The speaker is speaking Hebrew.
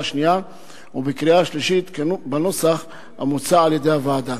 השנייה ובקריאה השלישית בנוסח המוצע על-ידי הוועדה.